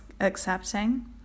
accepting